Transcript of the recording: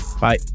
Bye